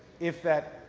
if that,